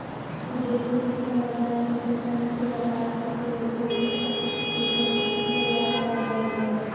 विदेशी मुद्रा बाजार मुद्रासन के व्यापार खातिर एगो वैश्विक विकेंद्रीकृत वाला बजार हवे